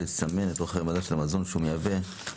לסמן את אורך חיי המדף של המזון שהוא מייבא לתקופה